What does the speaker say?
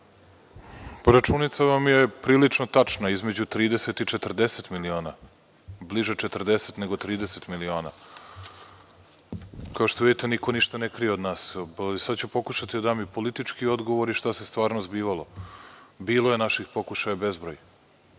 Računica vam je prilično tačna. Između 30 i 40 miliona. Bliže 40 nego 30 miliona. Kao što vidite, niko ništa ne krije od nas. Sada ću pokušati da dam i politički odgovor i šta se stvarno zbivalo. Bilo je naših pokušaja bezbroj,